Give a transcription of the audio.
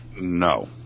No